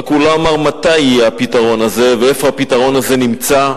רק הוא לא אמר מתי יהיה הפתרון הזה ואיפה הפתרון הזה נמצא.